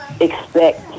expect